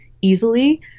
easily